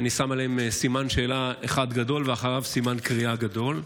אני שם עליהם סימן שאלה אחד גדול ואחריו סימן קריאה גדול,